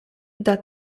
that